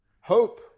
Hope